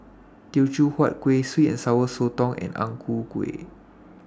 Teochew Huat Kueh Sweet and Sour Sotong and Ang Ku Kueh